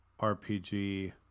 RPG